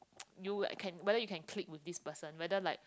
you can whether you can clique with this person whether like